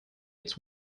its